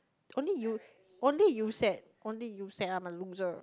only you only you said only you said I'm a loser